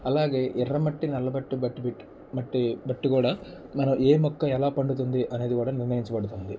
అలాగే ఎర్రమట్టి నల్ల బట్టి బట్టి బెట్టి మట్టి బట్టి కూడా మనం ఏ మొక్క ఎలా పండుతుంది అనేది కూడా నిర్ణయించబడుతుంది